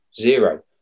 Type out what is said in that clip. zero